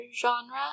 genre